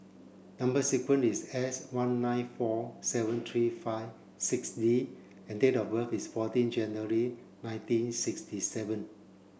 number sequence is S one nine four seven three five six D and date of birth is fourteen January nineteen sixty seven